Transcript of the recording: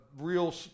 real